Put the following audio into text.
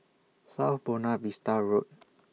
South Buona Vista Road